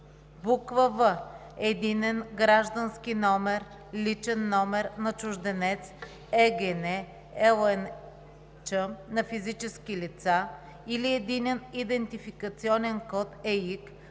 в) единен граждански номер/личен номер на чужденец (ЕГН/ЛНЧ) на физически лица или единен идентификационен код (ЕИК)